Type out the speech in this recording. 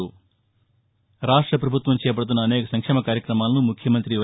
ఆంధ్రప్రదేశ్ ప్రభుత్వం చేపడుతున్న అనేక సంక్షేమ కార్యక్రమాలను ముఖ్యమంత్రి వై